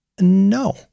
No